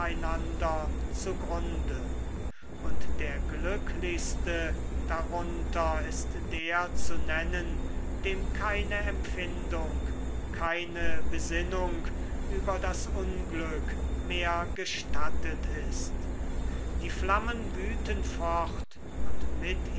zugrunde und der glücklichste darunter ist der zu nennen dem keine empfindung keine besinnung über das unglück mehr gestattet ist die flammen wüten fort und mit